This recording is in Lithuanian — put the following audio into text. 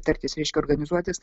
tartis reiškia organizuotis